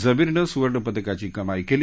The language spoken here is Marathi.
जबीरनं सुवर्णपदकाची कमाई क्ली